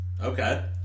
okay